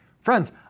Friends